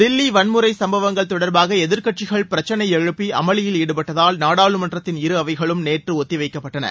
தில்லி வன்முறை சம்பவங்கள் தொடர்பாக எதிர்க்கட்சிகள் பிரச்சினை எழுப்பி அமளியில் ாடுபட்டதால் நாடாளுமன்றத்தின் இரு அவைகளும் நேற்று ஒத்தி வைக்கப்பட்டன